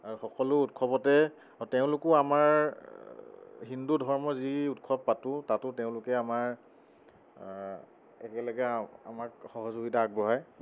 আৰু সকলো উৎসৱতে তেওঁলোকো আমাৰ হিন্দু ধৰ্মৰ যি উৎসৱ পাতোঁ তাতো তেওঁলোকে আমাৰ একেলগে আমাক সহযোগিতা আগবঢ়ায়